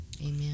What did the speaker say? Amen